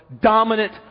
dominant